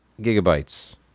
gigabytes